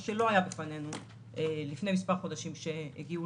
דבר שלא היה בפנינו לפני מספר חודשים כשהגיעו